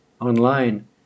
online